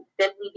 Simply